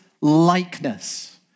likeness